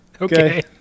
Okay